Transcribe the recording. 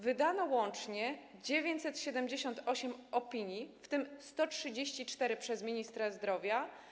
Wydano łącznie 978 opinii, w tym 134 wydał minister zdrowia.